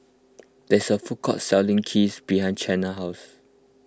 there is a food court selling Kheer behind Chanelle house